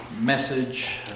message